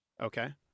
Okay